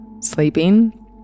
sleeping